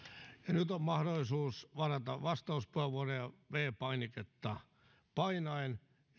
nyt on mahdollisuus varata vastauspuheenvuoroja viides painiketta painaen